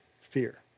fear